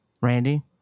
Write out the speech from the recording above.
Randy